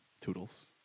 Toodles